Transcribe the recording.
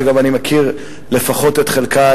שאני מכיר לפחות את חלקה,